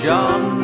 John